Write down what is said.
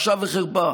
בושה וחרפה.